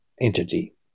entity